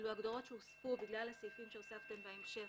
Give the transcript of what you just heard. אלו הגדרות שהוספו בגלל הסעיפים שהוספתם בהמשך,